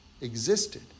existed